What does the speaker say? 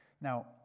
Now